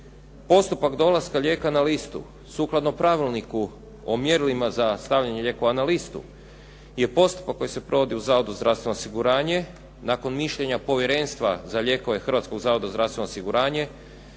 Postupak dolaska lijeka na listu sukladno Pravilniku o mjerilima za stavljanje lijekova na listu je postupak koji se provodi u Zavodu za zdravstveno osiguranje nakon mišljenja povjerenstva za lijekove Hrvatskog zavoda za zdravstveno osiguranje